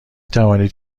توانید